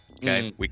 Okay